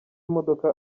imodoka